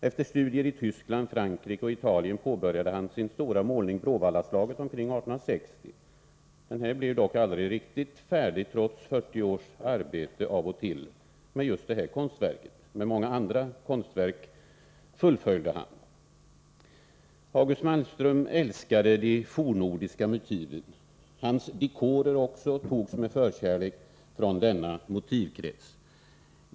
Efter studier i Tyskland, Frankrike och Italien påbörjade han sin stora målning Bråvallaslaget omkring 1860. Den blev dock aldrig färdig trots 40 års arbete av och till. Detta gällde just det här konstverket, men många andra konstverk fullföljde han. August Malmström älskade de fornnordiska motiven, och hans dekorer togs ofta med förkärlek från denna motivkrets.